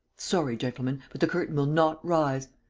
sorry, gentlemen, but the curtain will not rise.